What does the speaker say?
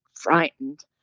frightened